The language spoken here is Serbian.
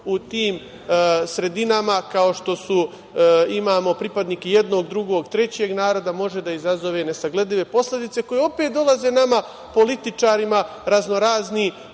u tim sredinama kao što su, imamo pripadnike jednog, drugog, trećeg naroda, može da izazove nesagledive posledice, koje opet dolaze nama političarima, raznorazni